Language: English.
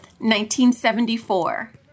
1974